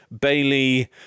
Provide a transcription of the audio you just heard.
Bailey